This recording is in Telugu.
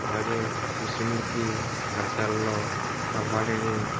అలాగే ముస్లింలకి దర్గాలలో కవ్వాలీని